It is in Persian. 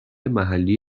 محلی